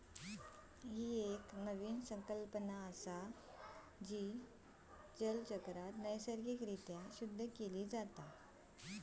ही एक नवीन संकल्पना असा, जी जलचक्रात नैसर्गिक रित्या शुद्ध केली जाता